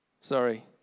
Sorry